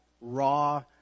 raw